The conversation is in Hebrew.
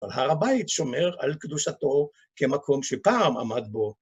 אבל הר הבית שומר על קדושתו כמקום שפעם עמד בו.